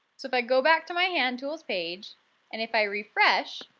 so if i go back to my hand tools page and if i refresh,